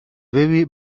baby